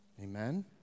Amen